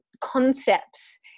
concepts